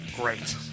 great